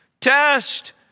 test